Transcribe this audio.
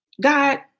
God